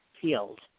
field